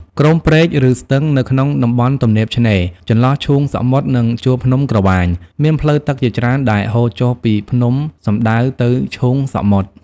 ក្រុមព្រែក ឬស្ទឹង នៅក្នុងតំបន់ទំនាបឆ្នេរ ចន្លោះឈូងសមុទ្រ និងជួរភ្នំក្រវាញ មានផ្លូវទឹកជាច្រើនដែលហូរចុះពីភ្នំសំដៅទៅឈូងសមុទ្រ។